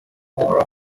mora